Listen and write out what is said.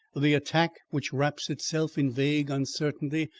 the attack which wraps itself in vague uncertainty,